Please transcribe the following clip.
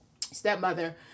Stepmother